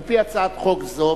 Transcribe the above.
על-פי הצעת חוק זו,